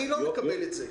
אני לא מקבל את זה.